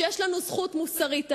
שיש לנו זכות מוסרית עליו,